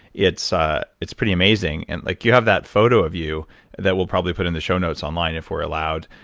it's ah it's pretty amazing. and like you have that photo of you that we'll probably put in the show notes online if we're allowed,